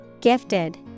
Gifted